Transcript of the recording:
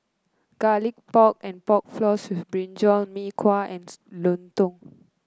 Garlic Pork and Pork Floss with brinjal Mee Kuah and lontong